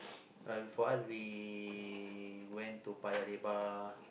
uh for us we went to Paya-Lebar